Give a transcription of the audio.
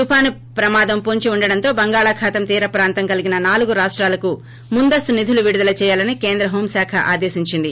తుపాను ప్రమాదం పొంచి ఉండటంతో బంగాళాఖాతం తీర ప్రాంతం కలిగిన నాలుగు రాష్లాలకు ముందస్తు నిధులు విడుదల చేయాలని కేంద్ర హోం శాఖ ఆదేశించింది